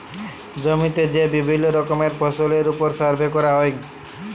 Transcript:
জমিতে যে বিভিল্য রকমের ফসলের ওপর সার্ভে ক্যরা হ্যয়